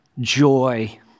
joy